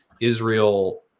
israel